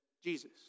Jesus